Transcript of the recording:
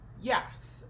Yes